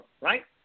right